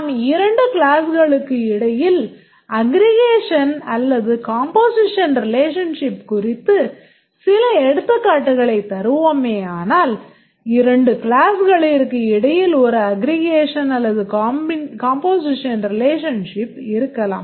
நாம் இரண்டு கிளாஸ்களுக்கு இடையில் அஃகிரிகேஷன் அல்லது காம்போசிஷன் relationship குறித்து சில எடுத்துக்கட்டுகளைத் தருவோமேயானால் இரண்டு கிளாஸ்களிற்கு இடையில் ஒரு அஃகிரிகேஷன் அல்லது காம்போசிஷன் relationship இருக்கலாம்